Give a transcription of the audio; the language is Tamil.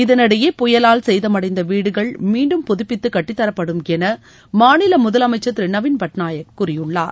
இதனிடையே புயலால் சேதமடைந்த வீடுகள் மீண்டும் புதுப்பித்து கட்டித்தரப்படும் என மாநில முதலமைச்சர் திரு நவீன் பட்நாயக் கூறியுள்ளார்